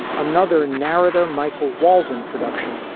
another narada michael walden production,